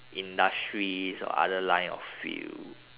industries or other line of field